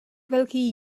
velký